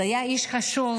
זה היה איש חשוב,